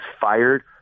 fired